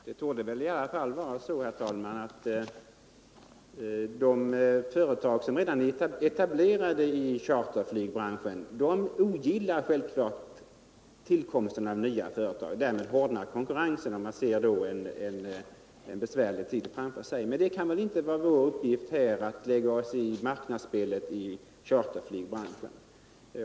Herr talman! De företag som redan är etablerade i charterflygbranschen ogillar självklart tillkomsten av nya företag, ty därmed hårdnar konkurrensen, och de ser en besvärlig tid framför sig. Men det kan väl inte vara vår uppgift att sätta marknadskrafterna ur spel i charterflygbranschen.